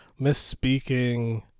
misspeaking